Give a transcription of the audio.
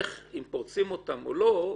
אם פורצים אותן או לא,